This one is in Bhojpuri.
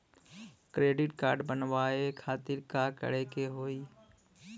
क्रेडिट कार्ड बनवावे खातिर का करे के होई?